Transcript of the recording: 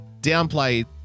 downplay